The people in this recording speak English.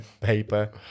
paper